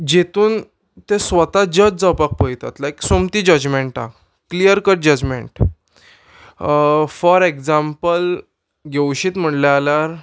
जितून ते स्वता जज जावपाक पयतात लायक सोमती जजमेंटा clear cut judgement for example घेवशीत म्हणलें जाल्यार